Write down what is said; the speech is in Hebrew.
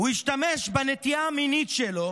הוא השתמש בנטייה המינית שלו